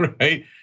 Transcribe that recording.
right